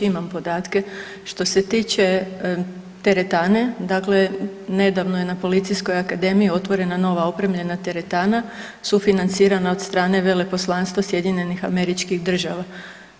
Imam podatke, što se tiče teretane, dakle nedavno je na Policijskoj akademiji otvorena nova opremljena teretana, sufinancirana od strane Veleposlanstva SAD-a.